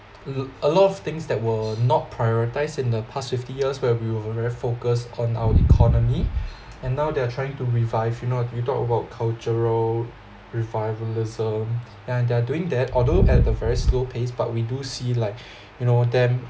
a l~ a lot of things that were not prioritised in the past fifty years where we were very focused on our economy and now they're trying to revive you know you talk about cultural revivalism yeah and they're doing that although at a very slow pace but we do see like you know them